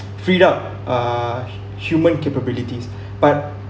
free up uh hu~ human capabilities but